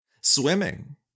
swimming